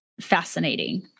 Fascinating